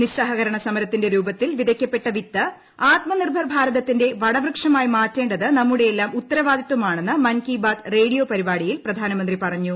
നിസ്സഹകരണ സമരത്തിന്റെ രൂപത്തിൽ വിതയ്ക്കപ്പെട്ട വിത്ത് ആത്മനിർഭർ ഭാരതത്തിന്റെ വടവൃക്ഷമാക്കി മാറ്റേണ്ടത് നമ്മുടെ എല്ലാം ഉത്തരവാദിത്തമാണെന്ന് മൻ കി ബാത് റേഡിയോ പരിപാടിയിൽ പ്രധാനമന്ത്രി പറഞ്ഞു